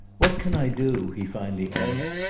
what can i do, he finally asked,